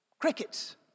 crickets